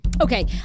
Okay